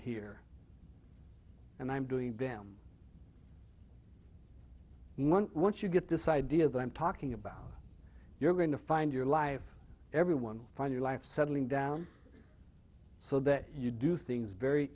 here and i'm doing them once you get this idea that i'm talking about you're going to find your life everyone find your life settling down so there you do things very